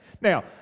Now